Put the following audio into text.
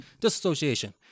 disassociation